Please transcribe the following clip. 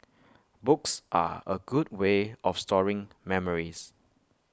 books are A good way of storing memories